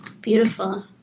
Beautiful